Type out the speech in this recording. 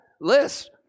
list